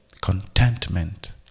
Contentment